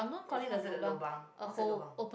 is it consider a lobang what's the lobang